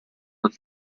dal